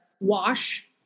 wash